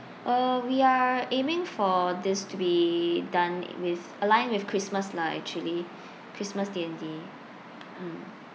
uh we are aiming for this to be done with aligned with christmas lah actually christmas D and D mm